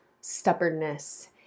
stubbornness